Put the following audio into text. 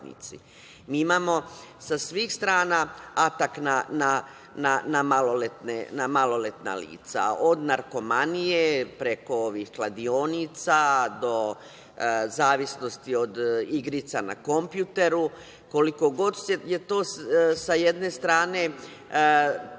imamo sa svih strana atak na maloletna lica od narkomanije, preko kladionica, do zavisnosti od igrica na kompjuteru, koliko god je to sa jedne strane